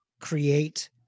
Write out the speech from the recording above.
create